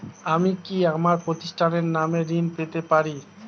আমি কি আমার প্রতিষ্ঠানের নামে ঋণ পেতে পারি?